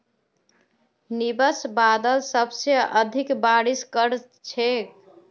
nimbus बादल सबसे अधिक बारिश कर छेक